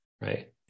right